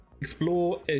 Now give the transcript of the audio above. explore